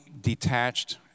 detached